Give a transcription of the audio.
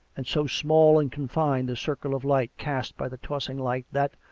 and so small and con fined the circle of light cast by the tossing light, that,